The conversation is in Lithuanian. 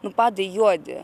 nu padai juodi